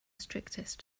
strictest